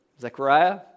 Zechariah